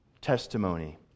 testimony